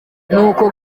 nuko